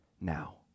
now